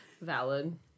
Valid